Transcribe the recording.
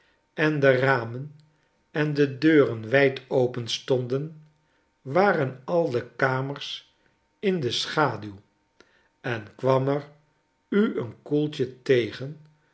en de ramen en deuren wijdopen stonden waren al de kamers in de schaduw en kwam er u een koeltje tegen